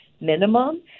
minimum